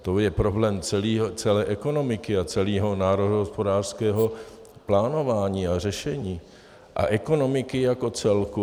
To je problém celé ekonomiky a celého národohospodářského plánování a řešení a ekonomiky jako celku.